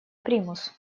примус